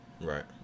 Right